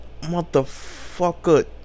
motherfucker